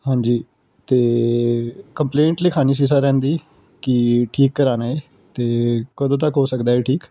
ਹਾਂਜੀ ਤਾਂ ਕੰਪਲੇਂਟ ਲਿਖਵਾਉਣੀ ਸੀ ਸਰ ਇਹਦੀ ਕਿ ਠੀਕ ਕਰਵਾਉਣਾ ਹੈ ਅਤੇ ਕਦੋਂ ਤੱਕ ਹੋ ਸਕਦਾ ਇਹ ਠੀਕ